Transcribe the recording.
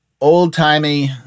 old-timey